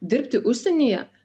dirbti užsienyje